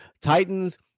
Titans